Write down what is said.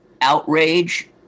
outrage